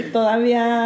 Todavía